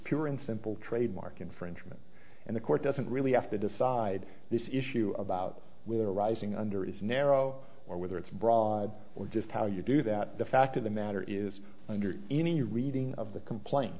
pure and simple trademark infringement and the court doesn't really have to decide this issue about winterizing under is narrow or whether it's broad or just how you do that the fact of the matter is under any reading of the complain